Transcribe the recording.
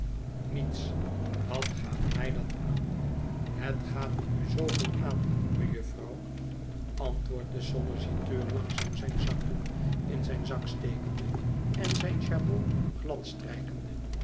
niets wat gaat dat mij aan het gaat u zooveel aan mejufvrouw antwoordt de solliciteur langzaam zijn zakdoek in zijn zak stekende en zijn